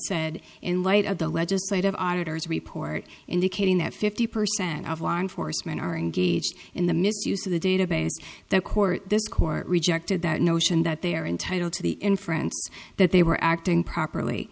said in light of the legislative auditor's report indicating that fifty percent of law enforcement are engaged in the misuse of the database the court this court rejected that notion that they're entitled to the inference that they were acting properly